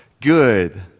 good